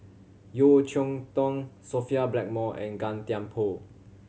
Yeo Cheow Tong Sophia Blackmore and Gan Thiam Poh